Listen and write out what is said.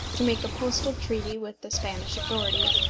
to make a postal treaty with the spanish authorities,